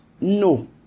No